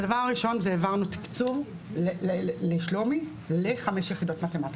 הדבר הראשון זה העברנו תקצוב לשלומי לחמש יחידות מתמטיקה,